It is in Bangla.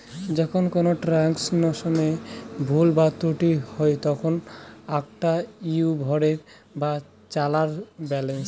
যখন কোনো ট্রান্সাকশনে ভুল বা ত্রুটি হই তখন আকটা ইনভয়েস বা চালান বলাঙ্গ